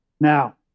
Now